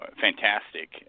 fantastic